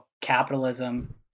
capitalism